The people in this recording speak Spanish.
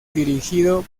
dirigido